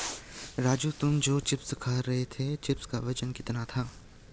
राजू तुम जो चिप्स खा रहे थे चिप्स का वजन कितना था?